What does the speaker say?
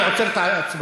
אני עוצר את ההצבעה.